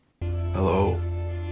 Hello